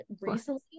recently